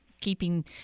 keeping